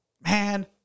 man